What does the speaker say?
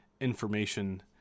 information